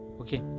okay